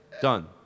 Done